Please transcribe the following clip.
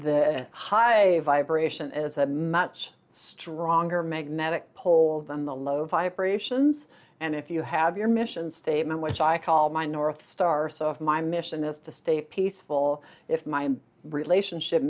the highway vibration is a much stronger magnetic pole than the low vibrations and if you have your mission statement which i call my north star so if my mission is to stay peaceful if my relationship